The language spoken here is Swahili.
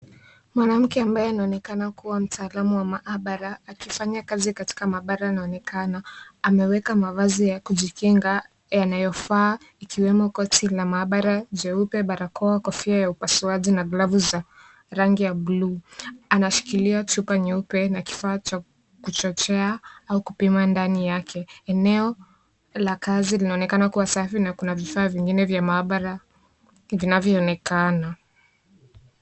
Mwanamke ambaye anaonekana kuwa mtaalamu wa maabara akifanya kazi katika maabara anaonekana. Ameweka mavazi ya kujikinga yanyayofaa ikiwemo koti la maabara jeupe, barakoa, kofia ya upasuaji na glavu za rangi ya buluu. Anashikilia kifaa nyeupe na kifaa cha kuchochea au kupima ndani yake. Eneo la kazi linaonekana kuwa safi na kuna vifaa vingine vya maabara vinavyoonekana.